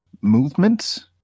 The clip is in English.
movements